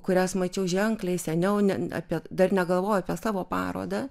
kurias mačiau ženkliai seniau ne apie dar negalvojau apie savo parodą